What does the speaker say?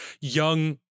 young